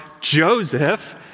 Joseph